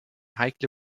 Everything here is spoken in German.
heikle